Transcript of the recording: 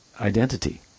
identity